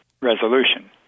resolution